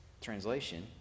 Translation